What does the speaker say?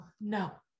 no